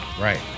right